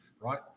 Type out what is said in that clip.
right